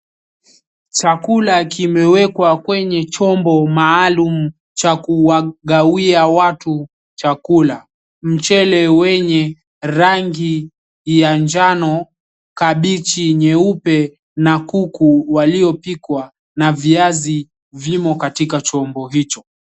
Chakula kimewekwa kwenye chombo maalum cha kuwagawia watu chakula. Mchele wenye rangi ya njano, kabechi nyeupe na kuku waliopikwa na viazi, vimo katika chombo hicho.